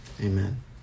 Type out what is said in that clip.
Amen